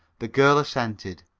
the girl assented,